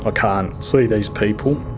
ah can't see these people.